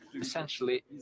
essentially